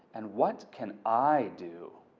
and what can i do?